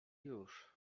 już